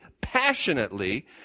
passionately